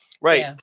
Right